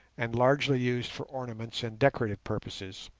and largely used for ornaments and decorative purposes.